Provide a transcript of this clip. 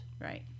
Right